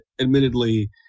admittedly